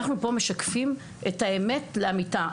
אנחנו פה משקפים את האמת לאמיתה.